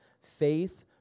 faith